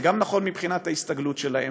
זה נכון גם מבחינת ההסתגלות שלהם,